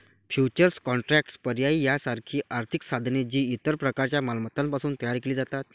futures contracts, पर्याय यासारखी आर्थिक साधने, जी इतर प्रकारच्या मालमत्तांपासून तयार केली जातात